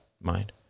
mind